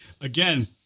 Again